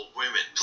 women